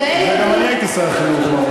גם אני הייתי שר חינוך,